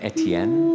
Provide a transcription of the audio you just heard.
Etienne